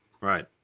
Right